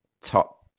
top